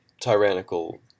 tyrannical